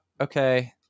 okay